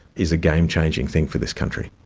is a game changing thing for this country.